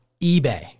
eBay